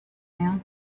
now